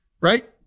right